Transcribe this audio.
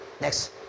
next